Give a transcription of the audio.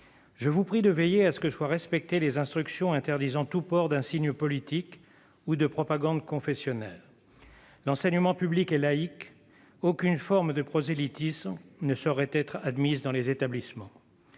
Je vous prie de veiller à ce que soient respectées les instructions interdisant tout port d'insignes politiques ou de propagandes confessionnelles. L'enseignement public est laïque. Aucune forme de prosélytisme ne saurait être admise dans les établissements.